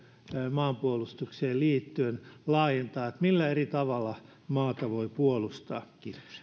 maanpuolustukseen liittyen laajentaa millä eri tavalla maata voi puolustaa